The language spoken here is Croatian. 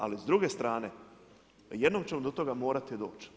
Ali s druge strane jednom ćemo do toga morati doći.